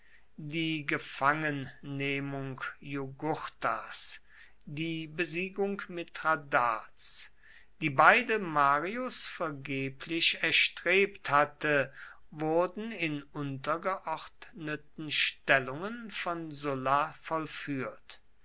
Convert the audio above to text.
die gefangennehmung jugurthas die besiegung mithradats die beide marius vergeblich erstrebt hatte wurden in untergeordneten stellungen von sulla vollführt